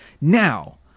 Now